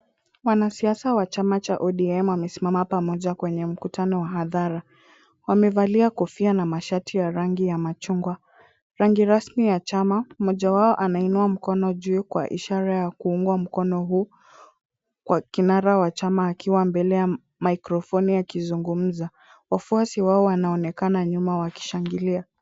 Wanasiasa wa chama cha ODM wamesimama pamoja kwenye mkutano wa hadhara. Wamevalia kofia na mashati ya rangi ya machungwa. Rangi rasmi ya chama, mmoja wao anainua mkono juu kwa ishara ya kuungwa mkono huu, kwa kinara wa chama akiwa mbele ya maikrofoni akizungumza. Wafuasi wao wanaonekana nyuma wakishangilia.